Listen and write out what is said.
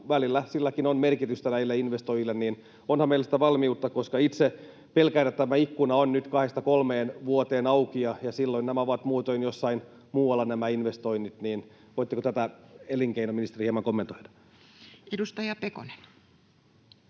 silläkin on merkitystä näille investoijille — niin että onhan meillä sitä valmiutta. Kun itse pelkään, että tämä ikkuna on nyt kahdesta kolmeen vuoteen auki, ja silloin nämä investoinnit ovat muutoin jossain muualla, niin voitteko tätä, elinkeinoministeri, hieman kommentoida? [Speech